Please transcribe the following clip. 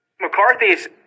McCarthy's